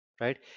right